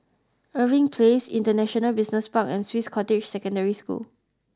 Irving Place International Business Park and Swiss Cottage Secondary School